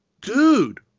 Dude